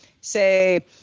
say